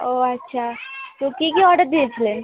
ও আচ্ছা তো কী কী অর্ডার দিয়েছিলেন